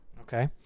Okay